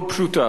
מאוד פשוטה.